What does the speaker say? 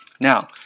Now